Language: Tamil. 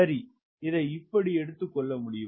சரி இதை எப்படி எடுத்து கொள்ள முடியும்